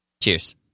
Cheers